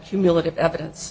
cumulative evidence